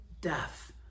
death